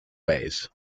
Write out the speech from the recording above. ways